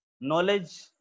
knowledge